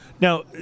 Now